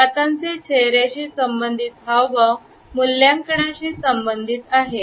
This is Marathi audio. हातांचे चेहऱ्याची संबंधित हावभाव मूल्यांकन शी संबंधित आहे